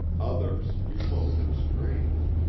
others remote and strange,